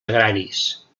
agraris